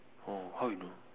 oh how you know